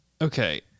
Okay